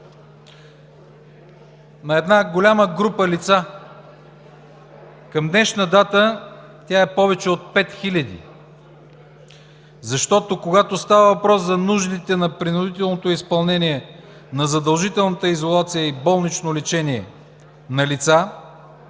на една голяма група лица – към днешна дата тя е повече от 5000, защото когато става въпрос за нуждите на принудителното изпълнение на задължителната изолация и болничното лечение на лица